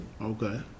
Okay